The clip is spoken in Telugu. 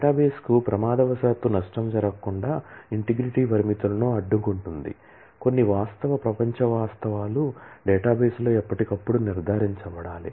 డేటాబేస్కు ప్రమాదవశాత్తు నష్టం జరగకుండా ఇంటిగ్రిటీ పరిమితులను అడ్డుకుంటుంది కొన్ని వాస్తవ ప్రపంచ వాస్తవాలు డేటాబేస్లో ఎప్పటికప్పుడు నిర్ధారించబడాలి